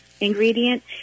ingredient